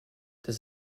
does